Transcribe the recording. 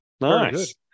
Nice